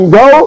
go